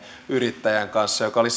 yrittäjän kanssa joka oli